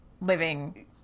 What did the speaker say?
living